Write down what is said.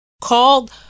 called